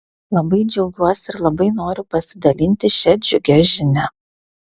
labai džiaugiuosi ir labai noriu pasidalinti šia džiugia žinia